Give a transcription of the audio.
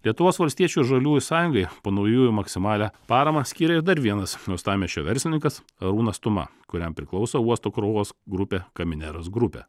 lietuvos valstiečių ir žaliųjų sąjungai po naujųjų maksimalią paramą skyrė ir dar vienas uostamiesčio verslininkas arūnas tuma kuriam priklauso uosto krovos grupė kamineras grupė